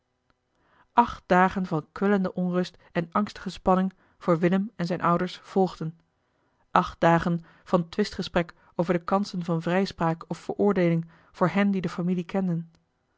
acht dagen van kwellende onrust en angstige spanning voor willem en zijne ouders volgden acht dagen van twistgesprek over de kansen van vrijspraak of veroordeeling voor hen die de familie kenden